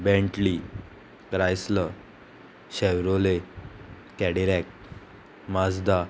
Bentley Chrysler Chevrolet Cadillac Mazda